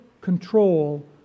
control